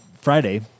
Friday